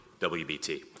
WBT